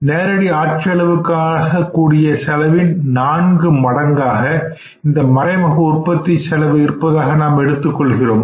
நேரடி ஆட்செலவுக்காக கூடிய செலவின் நான்கு மடங்காக இந்த மறைமுக உற்பத்தி செலவு இருப்பதாக நாம் எடுத்துக் கொள்கிறோம்